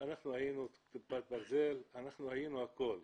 אנחנו היינו כיפת הברזל, אנחנו היינו הכול,